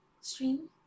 stream